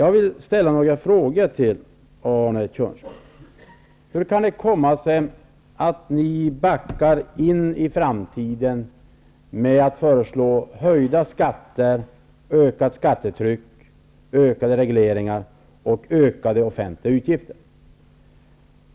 Jag vill ställa några frågor till honom. Hur kan det komma sig att ni backar in i framtiden med att föreslå höjda skatter, ökat skattetryck, ökade regleringar och ökade offentliga utgifter?